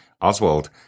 Oswald